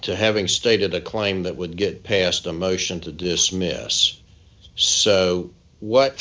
to having stated a claim that would get passed a motion to dismiss so what